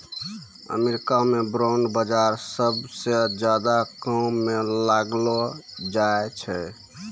अमरीका म बांड बाजार सबसअ ज्यादा काम म लानलो जाय छै